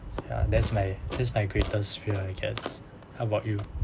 ya that's my that's my greatest fear I guess how about you